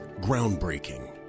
Groundbreaking